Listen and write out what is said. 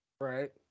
Right